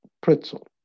pretzel